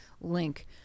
link